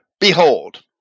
Behold